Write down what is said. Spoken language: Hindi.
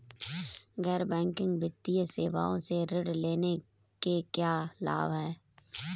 गैर बैंकिंग वित्तीय सेवाओं से ऋण लेने के क्या लाभ हैं?